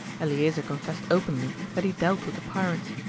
eleazer confessed openly that he dealt with the pirates.